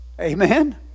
amen